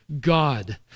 God